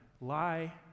lie